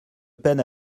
peine